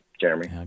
Jeremy